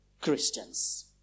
Christians